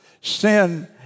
Sin